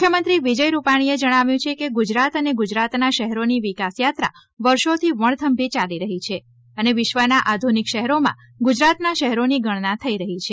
મુખ્યમંત્રી વિજય રૂપાણીએ જણાવ્યું છે કે ગુજરાત અને ગુજરાતના શહેરોની વિકાસયાત્રા વર્ષોથી વણથંભી ચાલી રહી છે અને વિશ્વના આધુનિક શહેરોમાં ગુજરાતના શહેરોની ગણના થઈ રહી છે